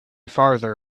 farther